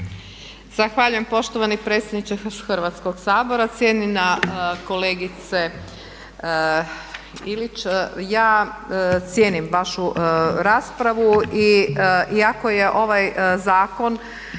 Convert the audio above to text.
Zahvaljujem poštovani predsjedniče Hrvatskoga sabora. Cijenjena kolegice Ilić, ja cijenim vašu raspravu iako je ovaj zakon,